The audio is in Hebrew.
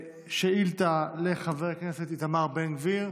שאילתה לחבר הכנסת איתמר בן גביר,